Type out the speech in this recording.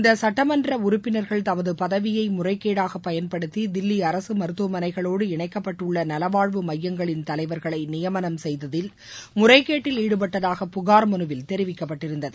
இந்த சுட்டமன்ற உறுப்பினர்கள் தமது பதவியை முறைகேடாக பயன்படுத்தி தில்வி அரசு மருத்துவமனைகளோடு இணைக்கப்பட்டுள்ள நலவாழ்வு மையங்களின் தலைவர்களை நியமனம் செய்ததில் முறைகேட்டில் ஈடுபட்டதாக புகார் மனுவில் தெரிவிக்கப்பட்டிருந்தது